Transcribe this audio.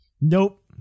Nope